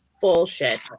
bullshit